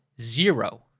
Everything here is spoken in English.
zero